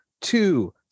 two